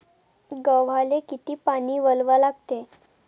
गव्हाले किती पानी वलवा लागते?